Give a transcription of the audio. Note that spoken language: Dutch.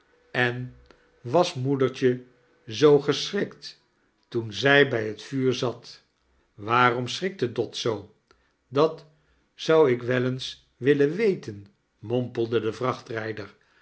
en was moeidertje zoo geschrikt toen zij bij het vuur zat waarom schrikte dot zoo dat zou ik wel eens willen weten mompelde de